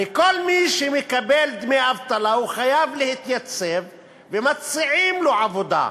הרי כל מי שמקבל דמי אבטלה חייב להתייצב ומציעים לו עבודה.